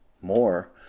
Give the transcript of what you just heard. More